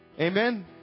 Amen